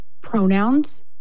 pronouns